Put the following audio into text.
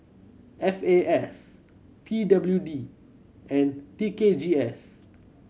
F A S P W D and T K G S